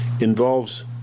involves